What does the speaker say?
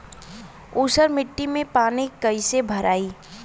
ऊसर मिट्टी में पानी कईसे भराई?